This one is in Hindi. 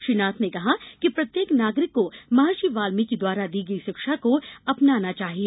श्री नाथ ने कहा कि प्रत्येक नागरिक को महर्षि वाल्मीकि द्वारा दी गई शिक्षा को अपनाना चाहिए